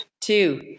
two